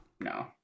No